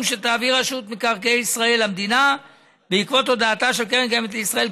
שתעביר רשות מקרקעי ישראל למדינה בעקבות הודעתה של קרן הקיימת לישראל,